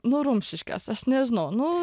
nu rumšiškės aš nežinau nu